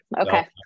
Okay